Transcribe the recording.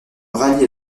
rallie